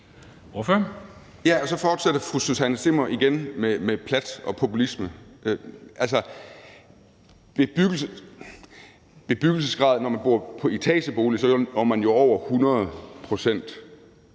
Så fortsætter fru Susanne Zimmer med plat og populisme. Altså, bebyggelsesgraden, når man bor i etagebolig, kommer jo over 100 pct.,